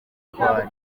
kwari